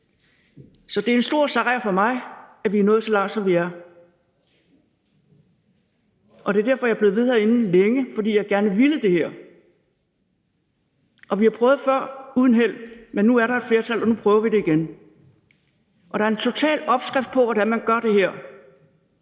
Så det er en stor sejr for mig, at vi er nået så langt, som vi er. Det er, fordi jeg gerne ville det her, at jeg er blevet ved herinde så længe. Vi har prøvet før uden held, men nu er der et flertal, og nu prøver vi det igen. Der er en total opskrift på, hvordan man gør det her,